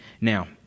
Now